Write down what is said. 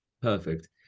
Perfect